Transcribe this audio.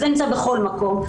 וזה נמצא בכל מקום,